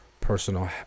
personal